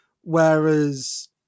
Whereas